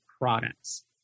products